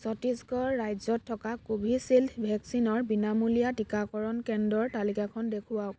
ছত্তীশগড় ৰাজ্যত থকা কোভিচিল্ড ভেকচিনৰ বিনামূলীয়া টিকাকৰণ কেন্দ্ৰৰ তালিকাখন দেখুৱাওক